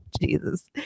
jesus